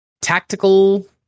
tactical